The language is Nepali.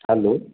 हेलो